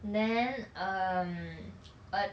then um uh